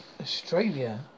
Australia